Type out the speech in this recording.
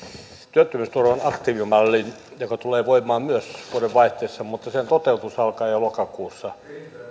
työttömyysturvan aktiivimallin joka tulee voimaan myös vuodenvaihteessa mutta sen toteutushan alkaa jo lokakuussa